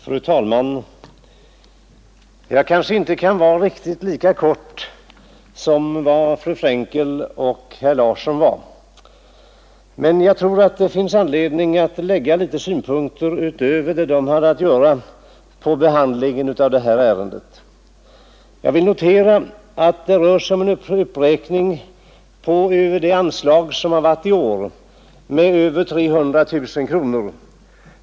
Fru talman! Jag kanske inte kan fatta mig riktigt lika kort som fru Frenkel och herr Larsson i Öskevik, men jag tror att det finns anledning att lägga vissa synpunkter utöver dem de hade att anlägga på behandlingen av det här ärendet. Jag vill notera att det rör sig om en uppräkning av det anslag som utgått i år med över 300 000 kronor.